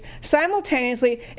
simultaneously